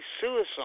suicide